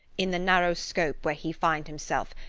in the narrow scope where he find himself,